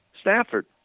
Stanford